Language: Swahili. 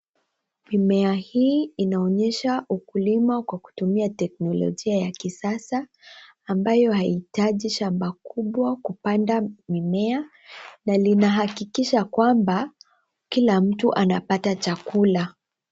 Mimea hii inaonyesha ukulima kwa kutumia teknolojia ya kisasa, ambayo haitaji shamba kubwa kupanda mimea, na linahakikisha kwamba kila mtu anapata chakula.